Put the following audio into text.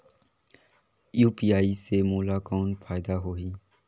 UPI से मोला कौन फायदा होही?